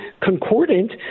concordant